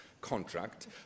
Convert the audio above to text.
contract